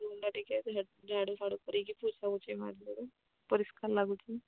ଟିକେ ଝାଡ଼ୁ ସାଡ଼ୁ କରିକି ପୋଛାପୋଛି କରିଦେବ ପରିଷ୍କାର ଲାଗୁନି